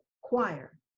choir